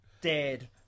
dead